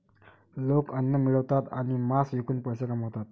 लोक अन्न मिळवतात आणि मांस विकून पैसे कमवतात